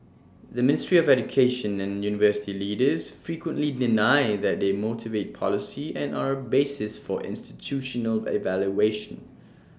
the ministry of education and university leaders frequently deny that they motivate policy and are A basis for institutional evaluation